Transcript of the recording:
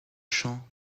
champs